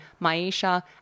Maisha